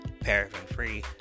paraffin-free